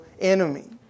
enemy